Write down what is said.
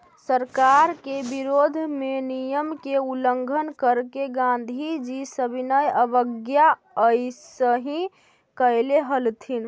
सरकार के विरोध में नियम के उल्लंघन करके गांधीजी सविनय अवज्ञा अइसही कैले हलथिन